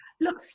Look